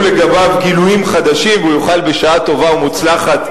לגביו גילויים חדשים והוא יוכל בשעה טובה ומוצלחת,